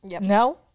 No